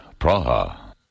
Praha